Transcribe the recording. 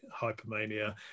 hypermania